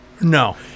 No